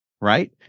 Right